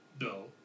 No